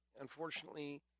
unfortunately